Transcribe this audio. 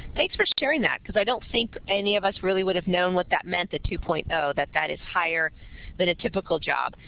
thanks for sharing that because i don't think any of us really would've known what that meant the two point zero. that that is higher than a typical job.